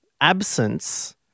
absence